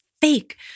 fake